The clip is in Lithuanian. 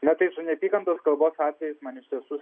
na taip su neapykantos kalbos atvejais man iš tiesų